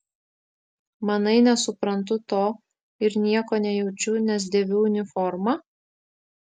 manai nesuprantu to ir nieko nejaučiu nes dėviu uniformą